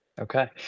Okay